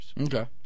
Okay